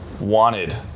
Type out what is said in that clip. wanted